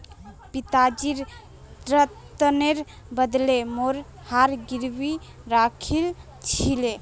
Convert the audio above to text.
पिताजी ऋनेर बदले मोर हार गिरवी राखिल छिले